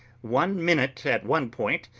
one minute at one point,